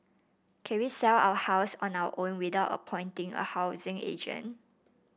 can we sell our house on our own without appointing a housing agent